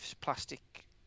plastic